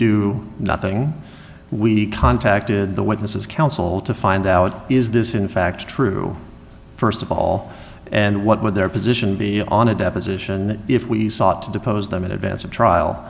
do nothing we contacted the witnesses counsel to find out is this in fact true first of all and what would their position be on a deposition if we sought to depose them in advance of trial